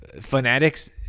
fanatics